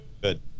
Good